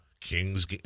Kings